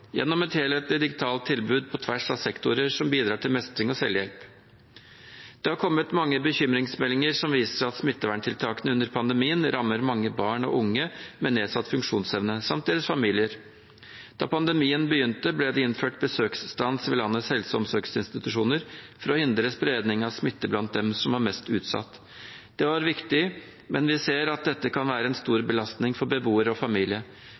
gjennom et helhetlig digitalt tilbud på tvers av sektorer som bidrar til mestring og selvhjelp. Det har kommet mange bekymringsmeldinger som viser at smittevernstiltakene under pandemien rammer mange barn og unge med nedsatt funksjonsevne samt deres familier. Da pandemien begynte, ble det innført besøksstans ved landets helse- og omsorgsinstitusjoner for å hindre spredning av smitte blant dem som var mest utsatt. Det var viktig, men vi ser at dette kan være en stor belastning for beboere og